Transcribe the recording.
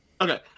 Okay